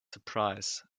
surprise